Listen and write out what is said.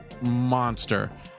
monster